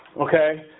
okay